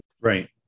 right